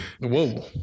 Whoa